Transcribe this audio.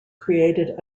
created